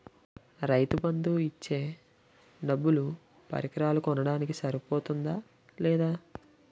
రైతు బందు ఇచ్చే డబ్బులు పరికరాలు కొనడానికి సరిపోతుందా లేదా?